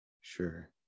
Sure